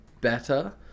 better